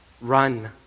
Run